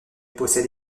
possède